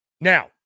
now